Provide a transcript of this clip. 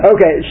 Okay